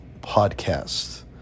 podcast